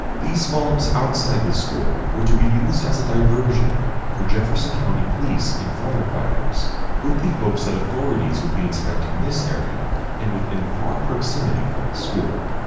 these bombs outside the school were to be used as a diversion for jefferson county police and firefighters with the hopes that authorities would be inspecting this area and within far proximity from the school.